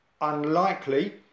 unlikely